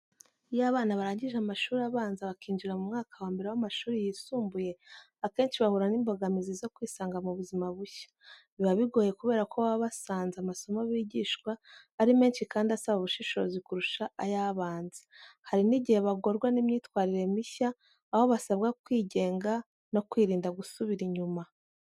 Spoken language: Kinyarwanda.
Iyo abana barangije amashuri abanza bakinjira mu mwaka wa mbere w’amashuri yisumbuye, akenshi bahura n’imbogamizi zo kwisanga mu buzima bushya. Biba bigoye kubera ko baba basanze amasomo bigishwa ari menshi kandi asaba ubushishozi kurusha ay’abanza. Hari n’igihe bagorwa n’imyitwarire mishya, aho basabwa kwigenga no kwirinda gusubira inyuma.